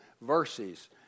verses